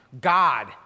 God